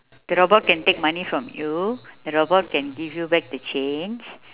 the robot can take money from you the robot can give you back the change